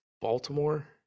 Baltimore